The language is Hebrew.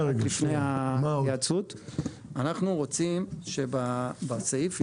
אנחנו רוצים שבסעיף ייאמר,